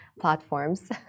platforms